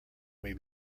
may